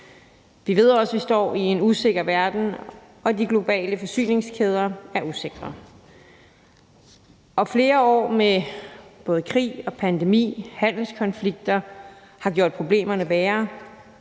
Vi ved også, at vi står i en usikker verden, og at de globale forsyningskæder er usikre. Flere år med både krig, pandemi og handelskonflikter har gjort problemerne værre,